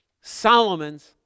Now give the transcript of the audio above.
Solomon's